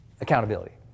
accountability